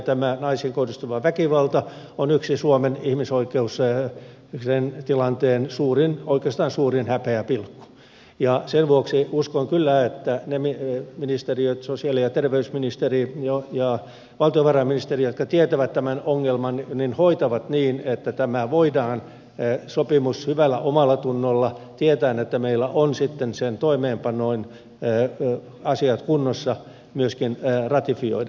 tämä naisiin kohdistuva väkivalta on suomen ihmisoikeustilanteen oikeastaan suurin häpeäpilkku ja sen vuoksi uskon kyllä että ne ministeriöt sosiaali ja terveysministeri ja valtiovarainministeri jotka tietävät tämän ongelman hoitavat asian niin että tämä sopimus voidaan hyvällä omallatunnolla tietäen että meillä on sitten sen toimeenpanoon asiat kunnossa myöskin ratifioida